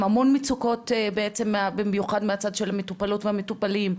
המון מצוקות במיוחד מהצד של המטופלות ומהטופלים,